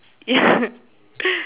ya